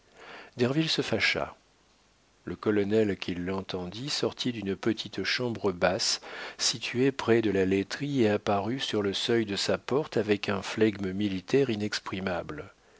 derville se fâcha le colonel qui l'entendit sortit d'une petite chambre basse située près de la laiterie et apparut sur le seuil de sa porte avec un flegme militaire